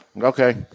Okay